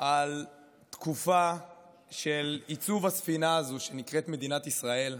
על תקופה של ייצוב הספינה הזאת שנקראת מדינת ישראל,